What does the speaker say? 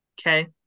Okay